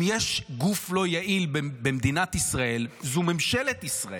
אם יש גוף לא יעיל במדינת ישראל, זו ממשלת ישראל.